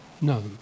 no